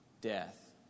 death